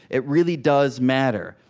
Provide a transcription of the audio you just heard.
it really does matter.